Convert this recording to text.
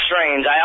strange